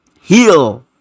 heal